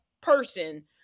person